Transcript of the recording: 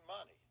money